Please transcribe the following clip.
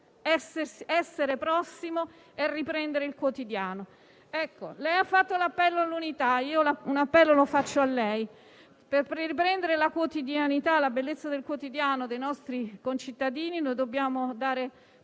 essere prossimo e riprendere il quotidiano. Lei ha fatto un appello all'unità e io rivolgo un appello a lei: per riprendere la quotidianità, la bellezza del quotidiano dei nostri concittadini, dobbiamo dare